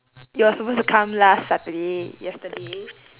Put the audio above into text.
you were supposed to come last saturday yesterday